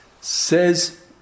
Says